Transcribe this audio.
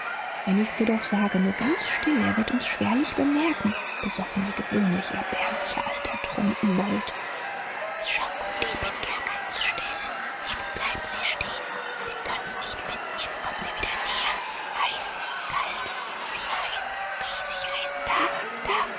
wenn ich dir's doch sage nur ganz still er wird uns schwerlich bemerken besoffen wie gewöhnlich erbärmlicher alter trunkenbold s ist schon gut ich bin ja ganz still jetzt bleiben sie stehen sie können's nicht finden jetzt kommen sie wieder näher heiß kalt wieder heiß riesig heiß da da